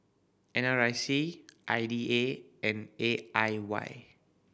N R I C I D A and A I Y